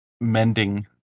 mending